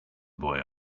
boy